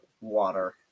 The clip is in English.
water